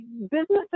businesses